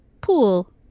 pool